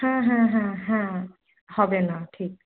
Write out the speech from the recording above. হ্যাঁ হ্যাঁ হ্যাঁ হ্যাঁ হবে না ঠিক